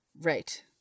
right